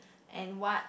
and what